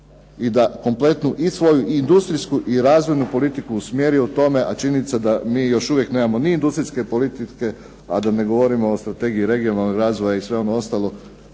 i da kompletnu i svoju i industrijsku i razvojnu politiku usmjeri u tome, a činjenica da mi još uvijek nemamo ni industrijske politike, a da ne govorimo o strategiji regionalnog razvoja i sve ono ostalo